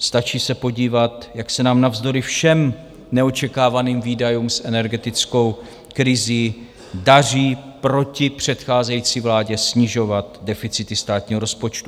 Stačí se podívat, jak se nám navzdory všem neočekávaným výdajům s energetickou krizí daří proti předcházející vládě snižovat deficity státního rozpočtu.